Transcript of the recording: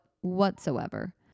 whatsoever